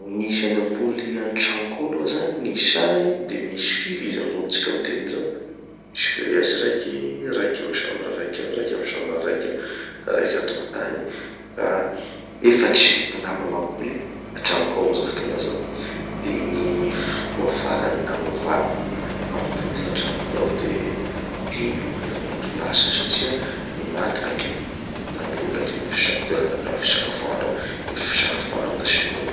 Gn'isany ampoly antragnoko ao aloha zany gn'isahy, de misy firy izy amizao tsika miteny zao? Misy veilleuse raiky, raiky amy chambre raiky ao, raiky amy chambre raiky ao, raiky antokotany. Ah efatry angamba gn'ampoly antragnoko ao amizao fotoana zao. De gny fotoa farany nagnovako gn'ampoly tantragno tao de telo herignandro lasa satria nimaty raiky amy, ampoly raiky amy fisa- toera tamy fisakafoana ao, efitsy fisakafoana ao da sinolo.